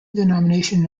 denomination